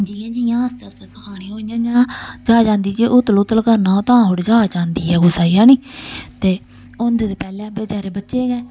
जि'यां जि'यां आस्ता आस्ता सखानी हो इ'यां इ'यां जाच आंदी जे हुतल हुतल करना होऐ तां थोह्ड़ी जाच आंदी ऐ कुसै गी हैनी ते होंदे ते पैह्लें बेचारे बच्चे गै